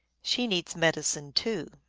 she needs medicine, too.